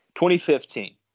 2015